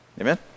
amen